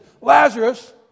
Lazarus